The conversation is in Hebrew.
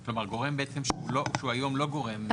כלומר, גורם בעצם שהוא היום לא גורם?